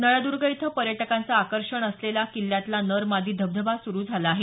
नळदुर्ग इथं पर्यटकांचं आकर्षण असलेला किल्ल्यातला नर मादी धबधबा सुरू झाला आहे